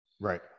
Right